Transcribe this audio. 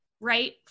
right